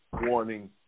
warning